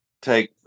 Take